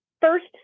first